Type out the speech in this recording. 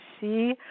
see